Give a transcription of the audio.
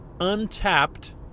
untapped